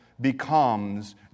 becomes